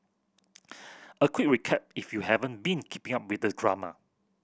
a quick recap if you haven't been keeping up with the drama